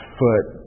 foot